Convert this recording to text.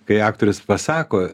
kai aktorius pasako